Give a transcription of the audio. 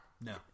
No